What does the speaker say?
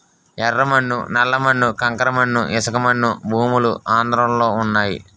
యెర్ర మన్ను నల్ల మన్ను కంకర మన్ను ఇసకమన్ను భూములు ఆంధ్రలో వున్నయి